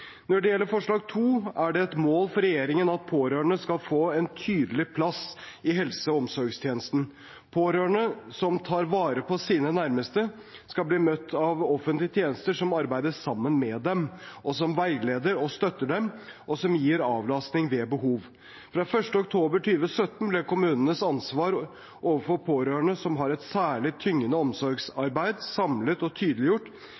Når det gjelder forslag nr. 2, er det et mål for regjeringen at pårørende skal få en tydelig plass i helse- og omsorgstjenesten. Pårørende som tar vare på sine nærmeste, skal bli møtt av offentlige tjenester som arbeider sammen med dem, som veileder og støtter dem, og som gir avlastning ved behov. Fra 1. oktober 2017 ble kommunens ansvar overfor pårørende som har et særlig tyngende omsorgsarbeid, samlet og tydeliggjort